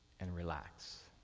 and relax.